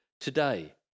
today